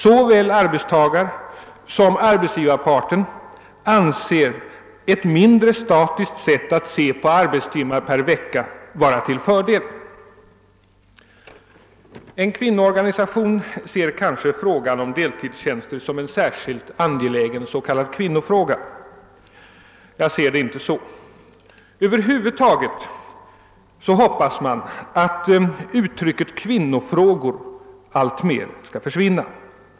Såväl arbetstagarsom arbetsgivarparterna anser ett mindre statiskt sätt att se på antalet arbetstimmar per vecka vara till fördel. En kvinnoorganisation betraktar kanske frågan om deltidstjänster som en särskilt angelägen s.k. kvinnofråga. Jag ser det inte så. Över huvud taget hoppas jag att uttrycket >»kvinnofrågor» alltmer skall försvinna.